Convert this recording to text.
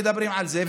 מדברים על זה,